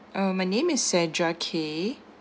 uh my name is sandra K